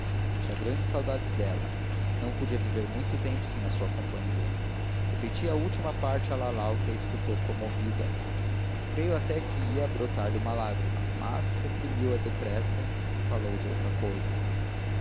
tinha grandes saudades dela não podia viver muito tempo sem a sua companhia repeti a última parte a lalau que a escutou comovida creio até que ia a brotar lhe uma lágrima mas reprimiu a depressa e falou de outra cousa